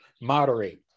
moderate